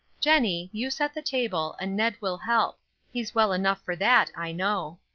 jennie, you set the table, and ned will help he's well enough for that, i know